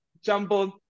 jumbled